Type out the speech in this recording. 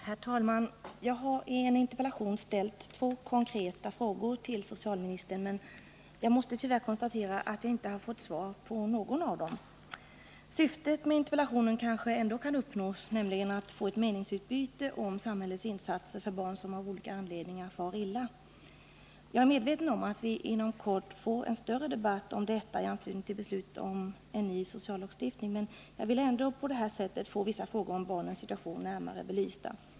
Herr talman! Jag har i en interpellation ställt två konkreta frågor till socialministern, men jag måste tyvärr konstatera att jag inte fått svar på någon av dem. Syftet med interpellationen, nämligen att få ett meningsutbyte om samhällets insatser för barn som av olika anledningar far illa, kanske ändå kan uppnås. Jag är medveten om att vi inom kort får en större debatt om detta i anslutning till beslut om ny sociallagstiftning, men jag vill ändå på detta sätt få vissa frågor om barnens situation närmare belysta.